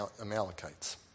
Amalekites